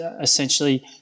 essentially